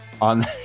on